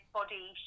body